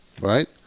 right